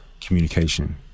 communication